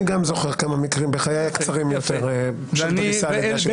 גם אני זוכר כמה מקרים בחיי הקצרים יותר של דריסה על-ידי השלטון.